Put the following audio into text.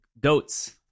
goats